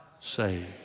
saved